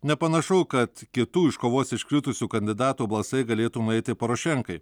nepanašu kad kitų iš kovos iškritusių kandidatų balsai galėtų nueiti porošenkai